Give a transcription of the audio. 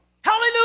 Hallelujah